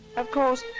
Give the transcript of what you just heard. of course,